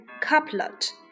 couplet